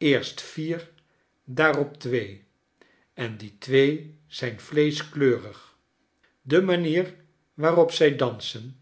eerst vier daarop twee en die twee zijn vleeschkleurig de manier waarop zij dansen